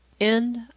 End